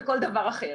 וכל דבר אחר.